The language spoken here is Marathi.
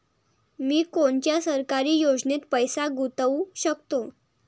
मी कोनच्या सरकारी योजनेत पैसा गुतवू शकतो?